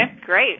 great